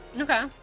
Okay